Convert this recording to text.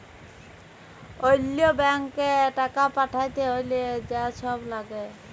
অল্য ব্যাংকে টাকা পাঠ্যাতে হ্যলে যা ছব ল্যাগে